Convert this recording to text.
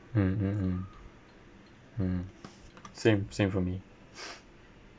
mmhmm mm mm same same for me